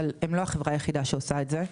אבל הם לא החברה היחידה שעושה את זה.